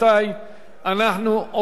אנחנו עוברים להצבעה.